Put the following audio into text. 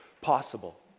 possible